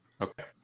Okay